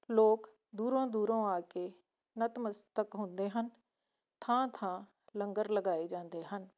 ਲੋਕ ਦੂਰੋਂ ਦੂਰੋਂ ਆ ਕੇ ਨਤਮਸਤਕ ਹੁੰਦੇ ਹਨ ਥਾਂ ਥਾਂ ਲੰਗਰ ਲਗਾਏ ਜਾਂਦੇ ਹਨ